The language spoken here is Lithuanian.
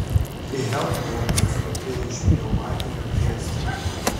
helmholcas pakilo iš pneumatinio krėslo